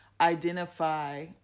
identify